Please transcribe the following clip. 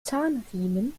zahnriemen